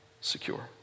secure